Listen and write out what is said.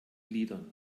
gliedern